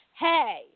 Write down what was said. Hey